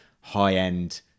high-end